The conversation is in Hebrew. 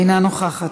אינה נוכחת,